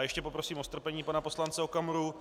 Ještě poprosím o strpení pana poslance Okamuru.